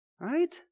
right